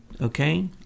Okay